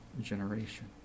generation